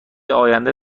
آینده